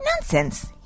Nonsense